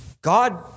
God